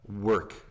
work